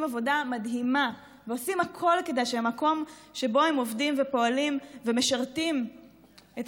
עבודה מדהימה ועושים הכול כדי שהמקום שבו הם עובדים ופועלים ומשרתים את